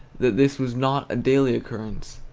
that this was not a daily occurrence.